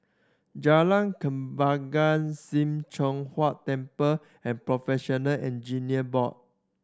Jalan Kembangan Sim Choon Huat Temple and Professional Engineers Board